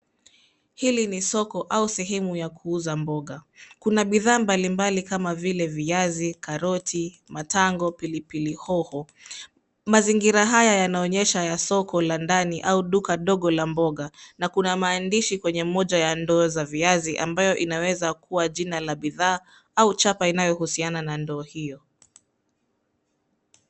Hili ni soko au sehemu ya kuuza mboga. Kuna bidhaa mbalimbali kama vile viazi, karoti, matango, pilipili hoho. Mazingira haya yanaonyesha ya soko la ndani au duka dogo la mboga na kuna maandishi kwenye moja ya ndoo za viazi ambayo inaweza kuwa jina la bidhaa au chapa inayohusiana na ndoo hiyo.